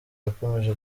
yakomeje